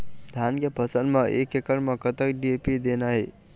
धान के फसल म एक एकड़ म कतक डी.ए.पी देना ये?